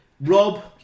Rob